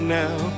now